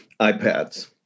iPads